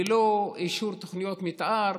ללא אישור תוכניות מתאר,